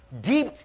deep